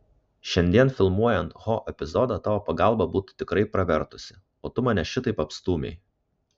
šiandien filmuojant ho epizodą tavo pagalba būtų tikrai pravertusi o tu mane šitaip apstūmei